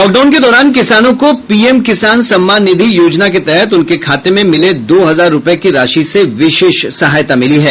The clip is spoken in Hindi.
लॉकडाउन के दौरान किसानों को पीएम किसान सम्मान निधि योजना के तहत उनके खाते में मिले दो हजार रुपये की राशि से विशेष सहायता मिली है